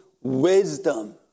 wisdom